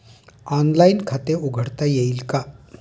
Online खाते उघडता येईल का?